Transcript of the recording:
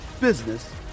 business